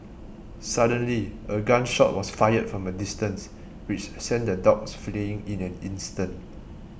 suddenly a gun shot was fired from a distance which sent the dogs fleeing in an instant